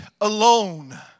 alone